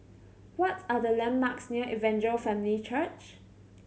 what's are the landmarks near Evangel Family Church